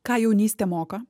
ką jaunystė moka